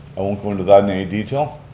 i won't go into that in any detail.